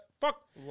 fuck